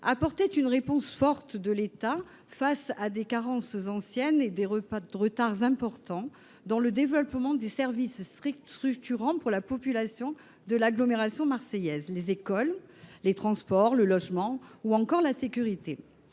apportait une réponse forte de l’État à des carences anciennes, ainsi qu’à des retards importants dans le développement des services structurants pour la population de l’agglomération marseillaise : écoles, transports, logement ou encore sécurité.